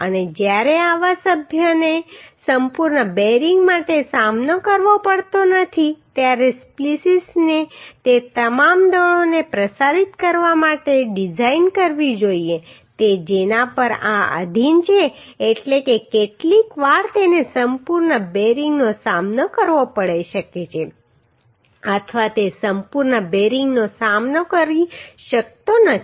અને જ્યારે આવા સભ્યોને સંપૂર્ણ બેરિંગ માટે સામનો કરવો પડતો નથી ત્યારે સ્પ્લિસીસને તે તમામ દળોને પ્રસારિત કરવા માટે ડિઝાઇન કરવી જોઈએ કે જેના પર આ આધીન છે એટલે કે કેટલીકવાર તેને સંપૂર્ણ બેરિંગનો સામનો કરવો પડી શકે છે અથવા તે સંપૂર્ણ બેરિંગનો સામનો કરી શકતો નથી